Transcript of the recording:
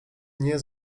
nie